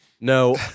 No